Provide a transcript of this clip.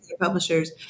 publishers